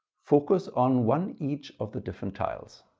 focus on one each of the different tiles.